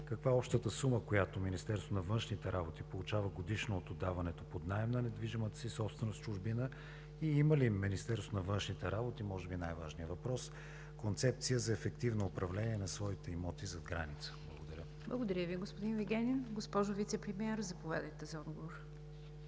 Каква е общата сума, която Министерството на външните работи получава годишно от отдаването под наем на недвижимата си собственост в чужбина? Има ли Министерството на външните работи – може би е най-важният въпрос – концепция за ефективно управление на своите имоти зад граница? Благодаря. ПРЕДСЕДАТЕЛ НИГЯР ДЖАФЕР: Благодаря Ви, господин Вигенин. Госпожо Вицепремиер, заповядайте за